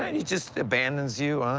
and he just abandons you, huh,